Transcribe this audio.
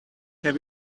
have